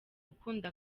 ukunda